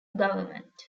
government